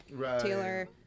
Taylor